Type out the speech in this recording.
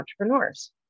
entrepreneurs